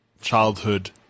childhood